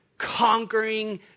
Conquering